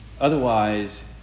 Otherwise